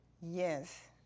Yes